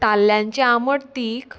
ताल्ल्यांची आमट तीख